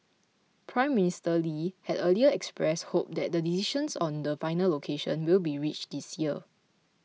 Prime Minister Lee had earlier expressed hope that the decision on the final location will be reached this year